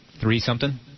three-something